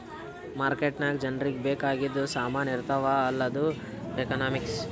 market ನಾಗ್ ಜನರಿಗ ಬೇಕ್ ಆಗಿದು ಸಾಮಾನ್ ಇರ್ತಾವ ಅಲ್ಲ ಅದು ಎಕನಾಮಿಕ್ಸ್